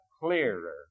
clearer